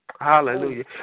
Hallelujah